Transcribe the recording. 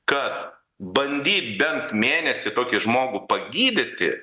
kad bandyt bent mėnesį tokį žmogų pagydyti